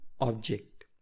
object